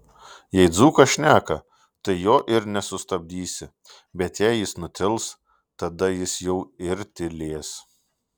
jei dzūkas šneka tai jo ir nesustabdysi bet jei jis nutils tada jis jau ir tylės